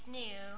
new